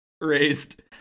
raised